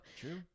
True